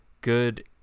good